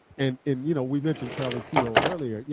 and um you know we mentioned charlie peale earlier, yeah